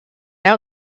out